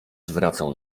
zwracał